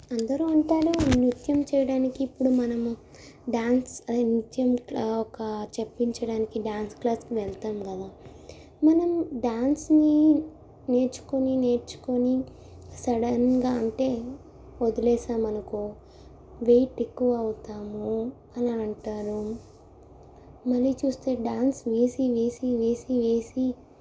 అందరూ అంటారు నృత్యం చేయడానికి ఇప్పుడు మనము డ్యాన్స్ అదే నృత్యం ఇట్లా ఒక చెప్పించడానికి డ్యాన్స్ క్లాస్కి వెళ్తాం కదా మనం డ్యాన్స్ని నేర్చుకుని నేర్చుకొని సడన్గా అంటే వదిలేసాము అనుకో వెయిట్ ఎక్కువ అవుతాము అలా అంటారు మళ్ళీ చూస్తే డ్యాన్స్ వేసి వేసి వేసి వేసి